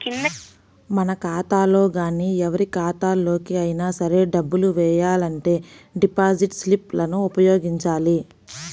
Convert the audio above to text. మన ఖాతాలో గానీ ఎవరి ఖాతాలోకి అయినా సరే డబ్బులు వెయ్యాలంటే డిపాజిట్ స్లిప్ లను ఉపయోగించాలి